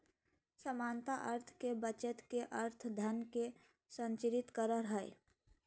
सामान्य अर्थ में बचत के अर्थ धन के संरक्षित करो हइ